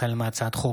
החל בהצעת חוק